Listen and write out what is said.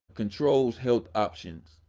controls health options.